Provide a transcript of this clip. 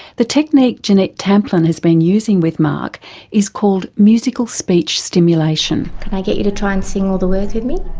the technique jeanette tamplin has been using with mark is called musical speech stimulation. can i get you to try and sing all the words with me?